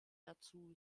dazu